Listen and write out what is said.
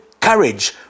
courage